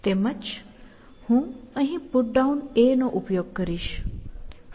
તેમજ હું અહીં PutDown નો ઉપયોગ કરીશ